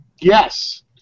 yes